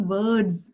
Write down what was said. words